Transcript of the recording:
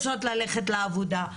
רוצות ללכת לעבודה,